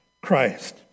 Christ